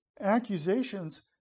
accusations